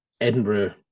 Edinburgh